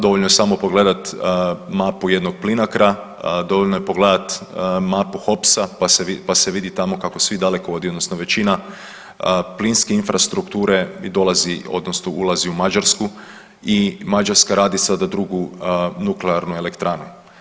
Dovoljno je samo pogledati mapu jednog PLINACRO-a, dovoljno je pogledati mapu HOPS-a pa se vidi tamo kako svi dalekovodi, odnosno većina plinske infrastrukture dolazi, odnosno ulazi u Mađarsku i Mađarska radi sada drugu nuklearnu elektranu.